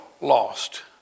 lost